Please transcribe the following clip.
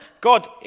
God